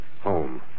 Home